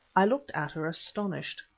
i looked at her astonished.